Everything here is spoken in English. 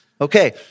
Okay